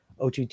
OTT